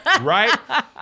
right